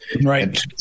Right